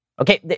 Okay